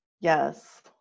yes